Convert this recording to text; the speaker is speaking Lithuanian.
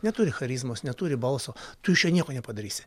neturi charizmos neturi balso tu iš jo nieko nepadarysi